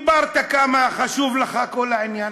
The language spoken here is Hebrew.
אמרת כמה חשוב לך כל העניין.